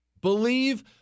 believe